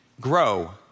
grow